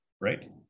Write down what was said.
right